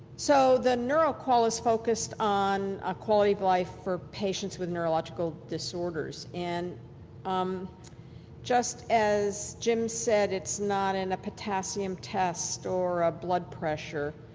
so the neuro-qol is focused on quality of life life for patients with neurological disorders, and um just as jim said, it's not in a potassium test or a blood pressure,